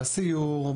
בסיור,